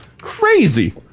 Crazy